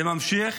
זה ממשיך